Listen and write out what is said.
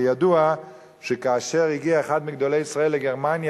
ידוע שכאשר הגיע אחד מגדולי ישראל לגרמניה,